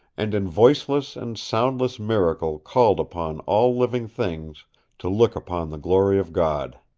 and in voice-less and soundless miracle called upon all living things to look upon the glory of god.